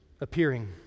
appearing